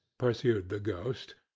pursued the ghost.